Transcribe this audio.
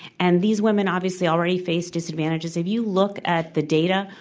and these women obviously already face disadvantages. if you look at the data,